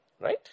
Right